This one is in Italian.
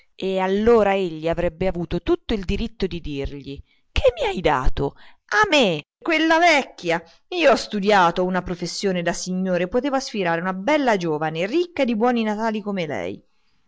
e allora egli avrebbe avuto tutto il diritto di dirgli che mi hai dato a me quella vecchia io ho studiato ho una professione da signore e potevo aspirare a una bella giovine ricca e di buoni natali come lei